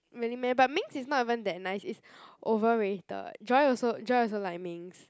really meh but Ming's is not even that nice it's overrated Joy also Joy also like Ming's